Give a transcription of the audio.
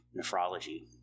nephrology